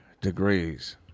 degrees